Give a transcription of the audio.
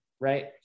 right